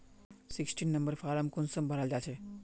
Sixteen number form कुंसम भराल जाछे?